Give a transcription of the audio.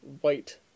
white